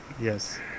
yes